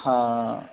ਹਾਂ